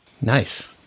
Nice